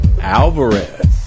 Alvarez